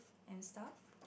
and stuff